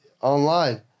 online